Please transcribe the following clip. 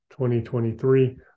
2023